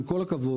עם כל הכבוד,